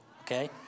okay